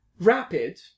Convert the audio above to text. rapid